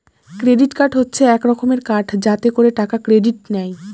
credit card হচ্ছে এক রকমের কার্ড যাতে করে টাকা ক্রেডিট নেয়